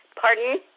Pardon